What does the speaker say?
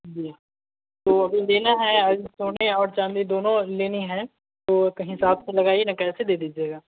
जी तो अभी लेना है आज सोने चाँदी दोनों लेनी हैं तो कहीं हिसाब से लगाए ना कैसे दे दीजिएगा